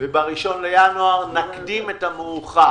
וב-1 בינואר נקדים את המאוחר.